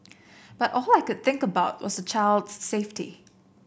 but all I could think about was child's safety